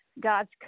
God's